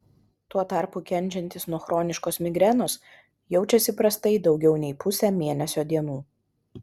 tuo tarpu kenčiantys nuo chroniškos migrenos jaučiasi prastai daugiau nei pusę mėnesio dienų